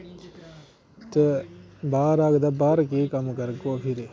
ते बाहर औग ते बाहर केह् कम्म करग ओह् फिर